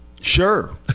Sure